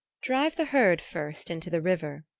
drive the herd first into the river,